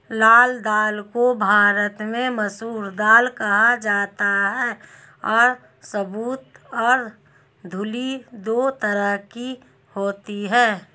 लाल दाल को भारत में मसूर दाल कहा जाता है और साबूत और धुली दो तरह की होती है